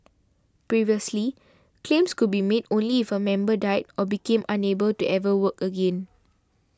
previously claims could be made only if a member died or became unable to ever work again